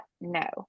No